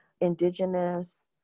Indigenous